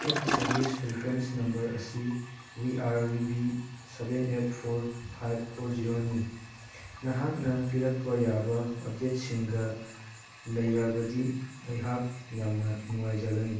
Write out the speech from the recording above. ꯑꯩꯒꯤ service reference number ꯑꯁꯤ we R we V seven eight four five four ꯖꯦꯔꯣꯅꯤ ꯅꯍꯥꯛꯅ ꯄꯤꯔꯛꯄ ꯌꯥꯕ ꯑꯞꯗꯦꯠꯁꯤꯡꯒ ꯂꯩꯔꯕꯗꯤ ꯑꯩꯍꯥꯛ ꯌꯥꯝꯅ ꯅꯨꯡꯉꯥꯏꯖꯒꯅꯤ